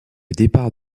départ